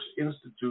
Institute